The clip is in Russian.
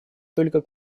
только